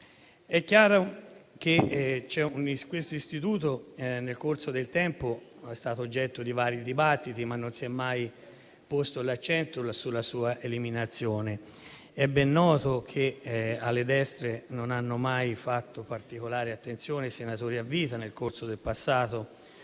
È chiaro che questo istituto nel corso del tempo è stato oggetto di vari dibattiti, ma non si è mai posto l'accento sulla sua eliminazione. È ben noto che le destre non hanno mai fatto particolare attenzione ai senatori a vita e nel corso del passato